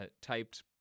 typed